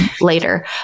later